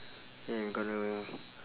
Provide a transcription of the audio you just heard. yeah we gonna